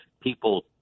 people